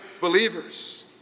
believers